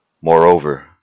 Moreover